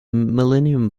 millennium